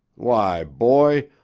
why, boy,